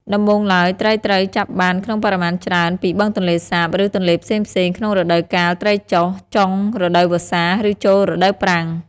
ដំបូងឡើយ ត្រីត្រូវចាប់បានក្នុងបរិមាណច្រើនពីបឹងទន្លេសាប ឬទន្លេផ្សេងៗក្នុងរដូវកាលត្រីចុះ ចុងរដូវវស្សា ឬចូលរដូវប្រាំង។